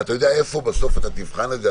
אתה יודע איפה בסוף אתה תבחן את זה?